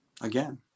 Again